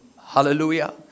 Hallelujah